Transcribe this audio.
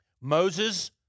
Moses